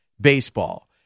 Baseball